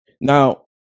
Now